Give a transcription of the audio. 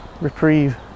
Reprieve